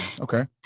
Okay